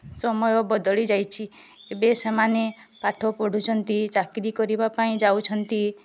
ସମୟ ବଦଳିଯାଇଛି ଏବେ ସେମାନେ ପାଠ ପଢ଼ୁଛନ୍ତି ଚାକିରୀ କରିବା ପାଇଁ ଯାଉଛନ୍ତି